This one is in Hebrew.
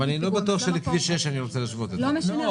אני לא בטוח שאני רוצה להשוות את זה לכביש 6. אלכס,